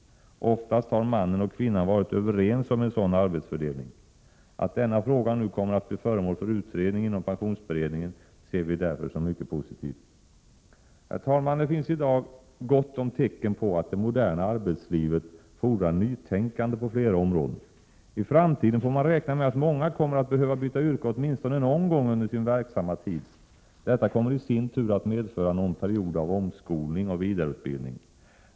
Oftast har mannen och kvinnan varit överens om en sådan arbetsfördelning. Att denna fråga nu kommer att bli föremål för utredning inom pensionsberedningen ser vi därför som mycket positivt. Herr talman! Det finns i dag gott om tecken på att det moderna arbetslivet fordrar nytänkande på flera områden. I framtiden får man räkna med att många kommer att behöva byta yrke åtminstone någon gång under sin verksamma tid. Detta kommer i sin tur att medföra någon period av omskolning och vidareutbildning.